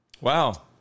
Wow